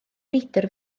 neidr